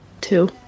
Two